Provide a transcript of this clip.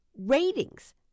ratings